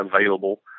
available